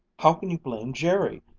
how can you blame jerry?